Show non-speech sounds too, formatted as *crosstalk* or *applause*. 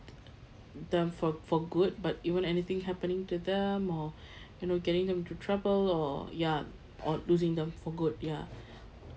them for for good but even anything happening to them or *breath* you know getting them into trouble or ya or losing the for good ya *breath*